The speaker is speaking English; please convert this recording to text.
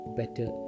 better